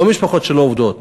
לא משפחות שלא עובדות,